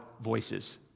voices